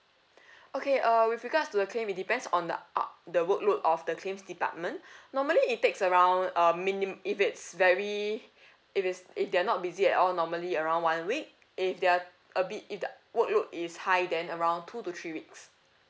okay uh with regards to the claim it depends on the out the workload of the claims department normally it takes around uh minim~ if it's very if it's if they're not busy at all normally around one week if they are a bit if the workload is high then around two to three weeks